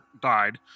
died